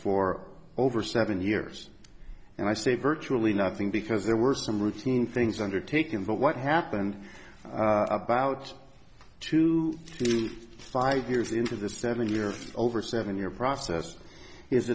for over seven years and i say virtually nothing because there were some routine things undertaken but what happened about two five years into this seven year over seven year process is